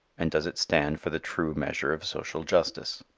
and does it stand for the true measure of social justice?